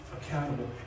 accountable